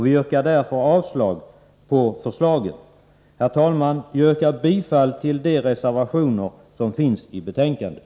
Vi yrkar därför avslag på förslagen och bifall till de reservationer som finns i betänkandet.